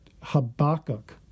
Habakkuk